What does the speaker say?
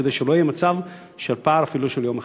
כדי שלא יהיה מצב של פער אפילו של יום אחד.